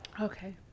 Okay